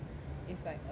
it's like uh